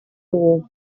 dugu